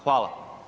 Hvala.